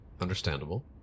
Understandable